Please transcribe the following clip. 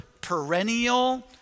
perennial